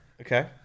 Okay